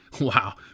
wow